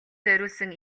зориулсан